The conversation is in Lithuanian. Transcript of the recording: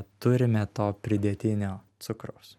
turime to pridėtinio cukraus